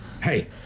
Hey